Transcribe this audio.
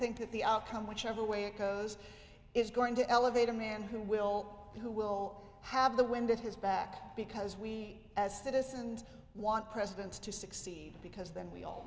think that the outcome whichever way it goes is going to elevate a man who will who will have the wind at his back because we as citizens want presidents to succeed because then we all